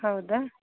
ಹೌದಾ